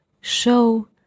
show